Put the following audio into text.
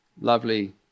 lovely